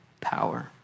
power